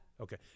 Okay